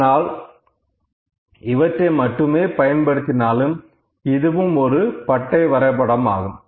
ஆனால் இவற்றை மட்டுமே பயன்படுத்தினாலும் இதுவும் ஒரு பார் வரைபடம் ஆகும்